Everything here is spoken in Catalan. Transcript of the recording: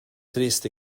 trist